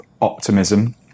optimism